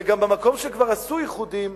וגם במקום שכבר עשו איחודים,